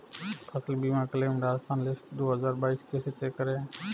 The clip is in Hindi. फसल बीमा क्लेम राजस्थान लिस्ट दो हज़ार बाईस कैसे चेक करें?